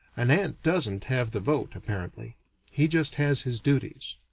an ant doesn't have the vote, apparently he just has his duties.